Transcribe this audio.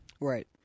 Right